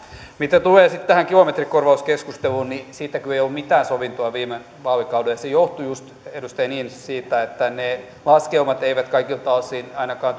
mitä tulee tähän kilometrikorvauskeskusteluun niin siitäkö ei ollut mitään sovintoa viime vaalikaudella se johtui just edustaja niinistö siitä että ne laskelmat eivät kaikilta osin ainakaan